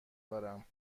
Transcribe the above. دارم